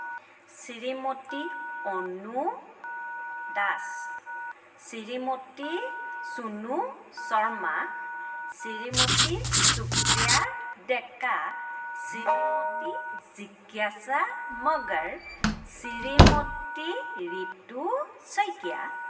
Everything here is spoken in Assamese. শ্ৰীমতী অণু দাস শ্ৰীমতী চুনু শৰ্মা শ্ৰীমতী সুপ্ৰিয়া ডেকা শ্ৰীমতী জিজ্ঞাসা মগৰ শ্ৰীমতী ৰিতু শইকীয়া